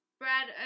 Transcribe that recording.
brad